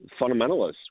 fundamentalists